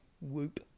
Whoop